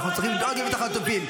אנחנו צריכים לדאוג להביא את החטופים,